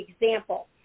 example